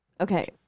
Okay